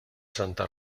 santa